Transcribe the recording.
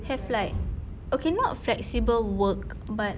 have like okay not flexible work but